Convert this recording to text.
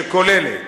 שכוללת